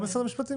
משרד המשפטים פה?